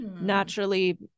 naturally